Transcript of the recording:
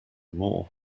more